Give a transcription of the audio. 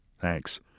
Thanks